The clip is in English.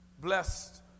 Blessed